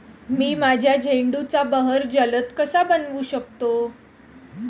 मी माझ्या झेंडूचा बहर जलद कसा बनवू शकतो?